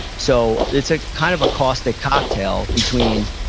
so, it's ah kind of a caustic cocktail between,